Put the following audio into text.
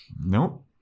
Nope